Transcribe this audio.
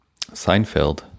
seinfeld